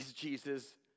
Jesus